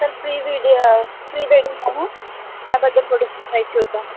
sir pre wedding pre wedding आहे ना त्याबद्दल फोटोशूट करायची होता